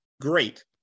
Great